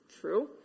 True